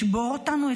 לשבור אותנו,